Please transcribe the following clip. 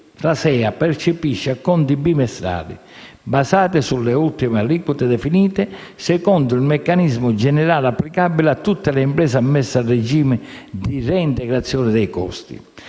la SEA percepisce acconti bimestrali, basati sulle ultime aliquote definite secondo il meccanismo generale applicabile a tutte le imprese ammesse al regime di reintegrazione dei costi.